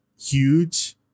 huge